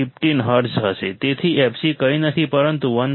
15 hertz હશે